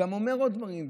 והוא גם אומר עוד דברים,